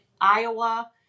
Iowa